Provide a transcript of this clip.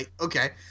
okay